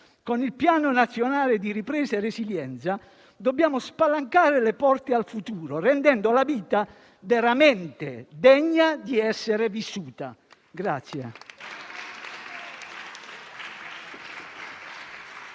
Con il Piano nazionale di ripresa e resilienza dobbiamo spalancare le porte al futuro, rendendo la vita veramente degna di essere vissuta.